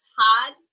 hard